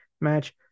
match